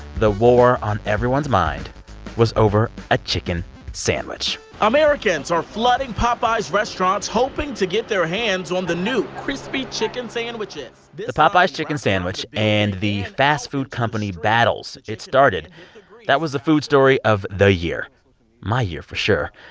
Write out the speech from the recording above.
the war on everyone's mind was over a chicken sandwich americans are flooding popeyes restaurants hoping to get their hands on the new crispy chicken sandwiches the the popeyes chicken sandwich and the fast food company battles it started that was the food story of the year my year, for sure.